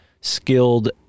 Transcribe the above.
skilled